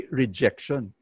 rejection